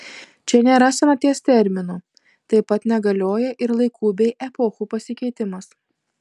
čia nėra senaties termino taip pat negalioja ir laikų bei epochų pasikeitimas